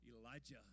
Elijah